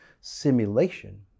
simulation